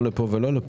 לא לפה ולא לפה,